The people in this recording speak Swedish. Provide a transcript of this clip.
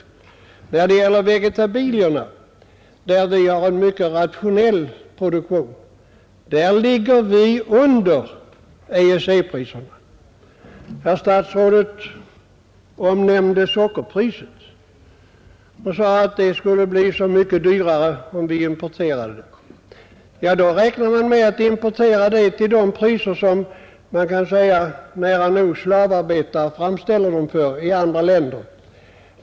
I fråga om vegetabilier, där vi har en mycket rationell produktion, ligger vi under EEC-priserna. Jordbruksministern nämnde att sockerpriset skulle bli så mycket högre om vi inte importerade. Ja, man räknar tydligen med att importera sockret till priser som man nära nog kan säga att slavarbetare framställer det till i andra länder.